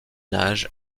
âge